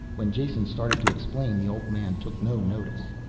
when jason started to explain the old man took no notice.